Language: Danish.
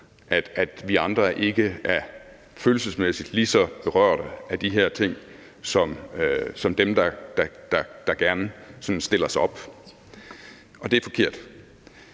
at vi andre ikke er følelsesmæssigt lige så berørt af de her ting som dem, der gerne sådan stiller sig op. Og det er forkert.